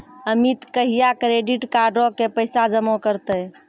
अमित कहिया क्रेडिट कार्डो के पैसा जमा करतै?